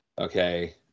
Okay